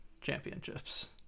championships